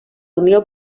unió